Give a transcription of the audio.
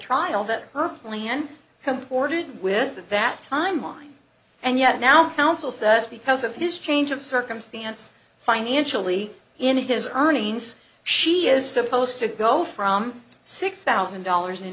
comported with that timeline and yet now counsel says because of his change of circumstance financially in his earnings she is supposed to go from six thousand dollars in